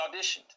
auditioned